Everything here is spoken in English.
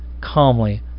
calmly